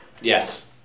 yes